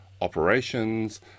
operations